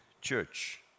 church